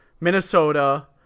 Minnesota